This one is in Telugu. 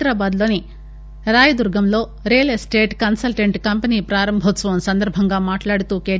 హైదరాబాద్ లోని రాయదుర్గంలో రియలెస్టేట్ కన్పల్లెంట్ కంపెనీ ప్రారంభోత్సవం సందర్భంగా మాట్లాడుతూ కె